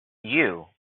you